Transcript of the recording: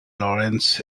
lorentz